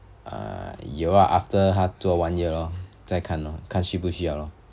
ah 有 lah after 她做 one year lor 再看 lor 看需不需要 lor